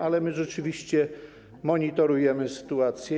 Ale rzeczywiście monitorujemy sytuację.